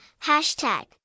hashtag